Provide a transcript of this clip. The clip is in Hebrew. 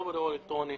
לא בדואר האלקטרוני.